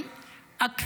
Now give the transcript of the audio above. ).